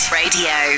radio